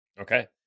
Okay